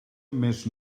més